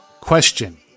Question